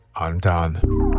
Undone